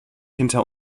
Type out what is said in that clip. hinter